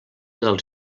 dels